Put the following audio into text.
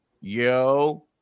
yo